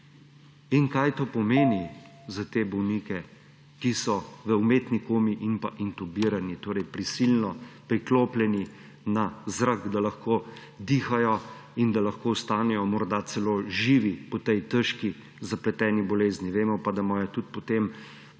In kaj to pomeni za te bolnike, ki so v umetni komi in intubirani, torej prisilno priklopljeni na zrak, da lahko dihajo in da lahko ostanejo morda celo živi po tej težki, zapleteni bolezni? Vemo pa, da imajo tudi potem